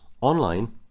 online